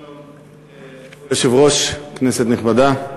שלום, היושב-ראש, כנסת נכבדה,